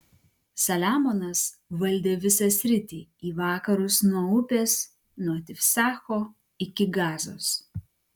saliamonas valdė visą sritį į vakarus nuo upės nuo tifsacho iki gazos